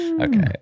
Okay